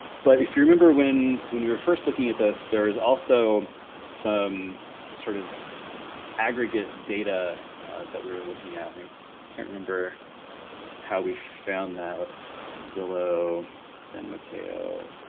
but if you remember when when we were first looking at this, there is also some sort of aggregate data that we were looking at. and i can't remember how we found that. let's zillow san mateo,